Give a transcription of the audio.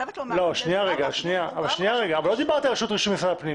אבל לא דיברתי על רשות רישוי משרד הפנים.